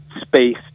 space